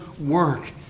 work